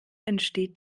entsteht